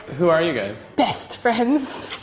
who are you guys? best friends.